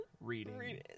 reading